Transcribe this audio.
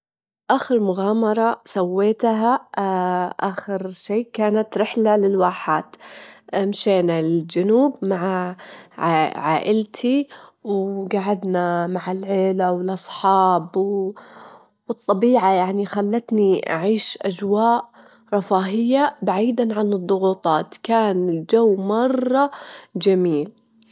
بعض الأحيان تكون معقدة مع تقدم العمر، لكن سبب هذا الشي؛ إهي المسؤليات والإختيارات بس بالمقابل نكتسب حكمة أكبر بمرور الوقت ،ونكون أنضج وحياتنا تصير أسهل لأنا أخدنا تجربة.